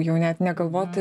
jau net negalvoti